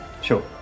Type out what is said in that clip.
Sure